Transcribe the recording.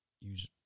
use